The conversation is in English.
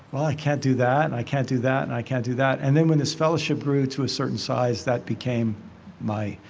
i can't do that and i can't do that and i can't do that. then when this fellowship grew to a certain size, that became my,